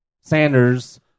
Sanders